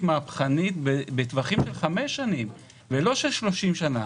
מהפכנית בטווחים של חמש שנים ולא של 30 שנים.